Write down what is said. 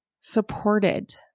supported